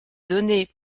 donner